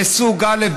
לסוג א',